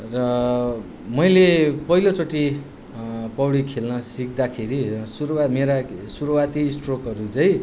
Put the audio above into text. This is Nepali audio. र मैले पहिलोचोटि पौडी खेल्न सिक्दाखेरि सुरुमा मेरा सुरुवाती स्ट्रोकहरू चाहिँ